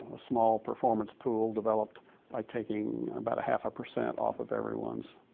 ah small performance poll developed by taking about a half a percent off of everyone's